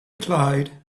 cloud